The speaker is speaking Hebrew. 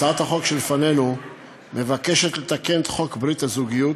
הצעת החוק שלפנינו מבקשת לתקן את חוק ברית הזוגיות